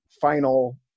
final